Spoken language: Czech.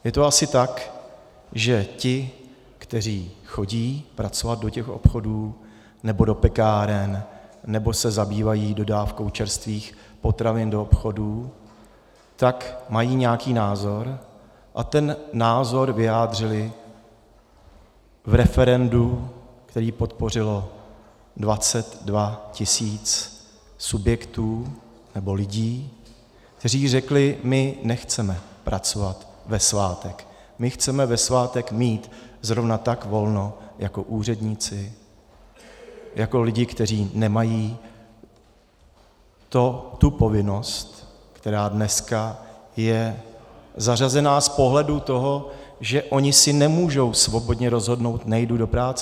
Je to asi tak, že ti, kteří chodí pracovat do těch obchodů nebo do pekáren nebo se zabývají dodávkou čerstvých potravin do obchodů, tak mají nějaký názor a ten názor vyjádřili v referendu, které podpořilo 22 tisíc subjektů, nebo lidí, kteří řekli: my nechceme pracovat ve svátek, my chceme ve svátek mít zrovna tak volno jako úředníci, jako lidi, kteří nemají tu povinnost, která dneska je zařazena z pohledu toho, že oni si nemůžou svobodně rozhodnout, nejdu do práce.